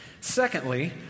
Secondly